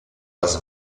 das